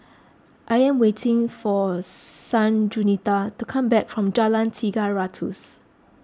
I am waiting for Sanjuanita to come back from Jalan Tiga Ratus